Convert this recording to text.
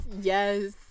yes